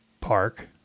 park